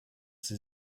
sie